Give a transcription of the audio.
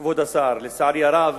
כבוד השר, לצערי הרב